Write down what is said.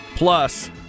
Plus